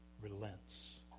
relents